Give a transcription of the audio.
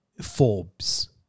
Forbes